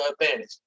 advantage